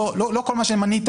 לא כל מה שמנית